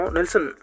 Nelson